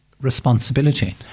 Responsibility